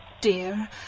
dear